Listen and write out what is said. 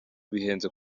bihenze